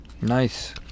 nice